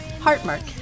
heartmark